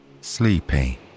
sleepy